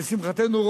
לשמחתנו,